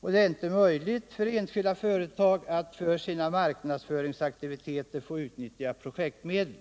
och det är inte möjligt för enskilda företag att för sina marknadsföringsaktiviteter utnyttja projektmedel.